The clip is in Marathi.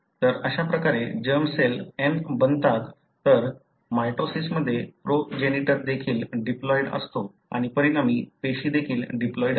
तर अशा प्रकारे जर्म सेल n बनतात तर मायटोसिसमध्ये प्रोजेनीटर देखील डिप्लॉइड् असतो आणि परिणामी पेशी देखील डिप्लॉइड् असते